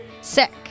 Sick